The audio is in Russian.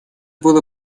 было